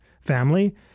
family